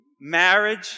marriage